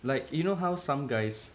like you know how some guys